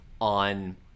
on